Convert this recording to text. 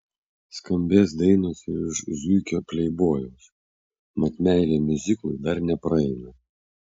skambės dainos ir iš zuikio pleibojaus mat meilė miuziklui dar nepraeina